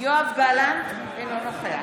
יואב גלנט, אינו נוכח